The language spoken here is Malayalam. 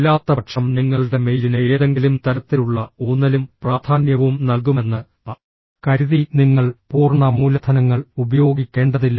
അല്ലാത്തപക്ഷം നിങ്ങളുടെ മെയിലിന് ഏതെങ്കിലും തരത്തിലുള്ള ഊന്നലും പ്രാധാന്യവും നൽകുമെന്ന് കരുതി നിങ്ങൾ പൂർണ്ണ മൂലധനങ്ങൾ ഉപയോഗിക്കേണ്ടതില്ല